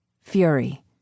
fury